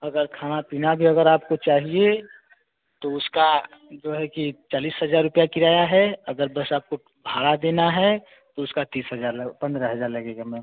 अगर खाना पीना भी अगर आपको चाहिए तो उसका जो है कि चालीस हज़ार रुपये किराया है अगर बस आप को भाड़ा देना है तो उसका तीस हज़ार लग पंद्रह हज़ार लगेगा मैम